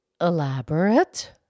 Elaborate